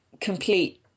complete